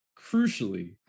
crucially